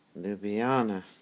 Ljubljana